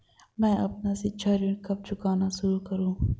मैं अपना शिक्षा ऋण कब चुकाना शुरू करूँ?